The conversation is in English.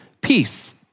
peace